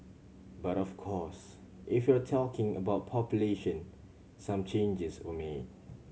but of course if you're talking about population some changes were made